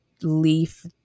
leaf